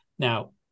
Now